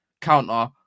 counter